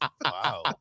Wow